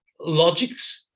logics